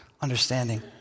understanding